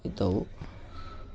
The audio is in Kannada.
ಇದ್ದವು